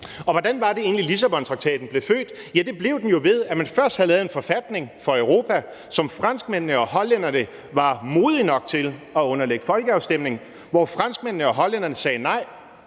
Og hvordan var det egentlig Lissabontraktaten blev født? Ja, det blev den jo ved, at man først havde lavet en forfatning for Europa, som franskmændene og hollænderne var modige nok til at underlægge folkeafstemning, og hvor franskmændene og hollænderne sagde nej.